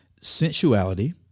sensuality